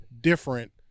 different